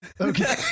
Okay